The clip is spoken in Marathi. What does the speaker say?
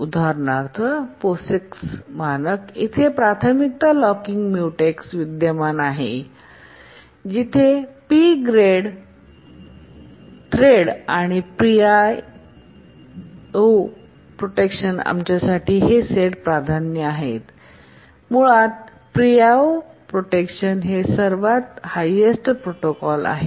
उदाहरणार्थ POSIX मानक जेथे प्राथमिकता लॉकिंग म्युटेक्स विद्यमान आहे जिथे P थ्रेड आणि PRIO प्रोटेक्शनस आमच्याकडे हे सेट प्राधान्य आहे मुळात PRIO प्रोटेक्शन हा सर्वात हायेस्ट लॉकर प्रोटोकॉल आहे